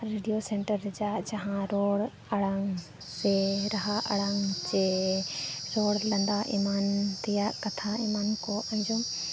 radio centre ᱨᱮ ᱡᱟᱦᱟᱸ ᱡᱟᱦᱟᱸ ᱨᱚᱲ ᱟᱲᱟᱝ ᱥᱮ ᱨᱟᱦᱟ ᱟᱲᱟᱝ ᱪᱮ ᱨᱚᱲ ᱞᱟᱸᱫᱟ ᱮᱢᱟᱱ ᱛᱮᱭᱟᱜ ᱠᱟᱛᱷᱟ ᱮᱢᱟᱱ ᱠᱚ ᱟᱸᱡᱚᱢ